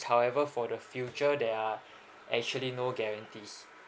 however for the future they are actually no guarantees